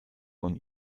von